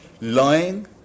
Lying